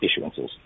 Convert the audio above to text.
issuances